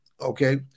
Okay